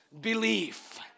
belief